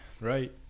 right